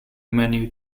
menu